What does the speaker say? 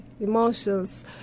emotions